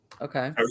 okay